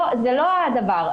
זה לא הדבר.